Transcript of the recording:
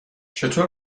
چطور